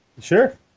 Sure